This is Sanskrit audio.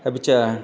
अपि च